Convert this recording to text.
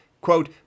quote